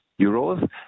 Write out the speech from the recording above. euros